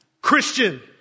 Christian